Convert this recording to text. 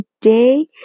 Today